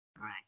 Right